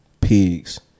pigs